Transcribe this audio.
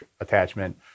attachment